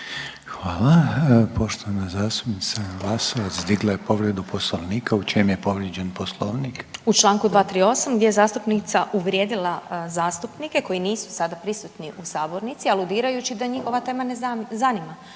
Hvala. Poštovana zastupnica Glasovac digla je povredu Poslovnika. U čem je povrijeđen Poslovnik? **Glasovac, Sabina (SDP)** U Članku 238., jer je zastupnica uvrijedila zastupnike koji nisu sada prisutni u sabornici aludirajući da ih ova tema ne zanima